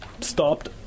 stopped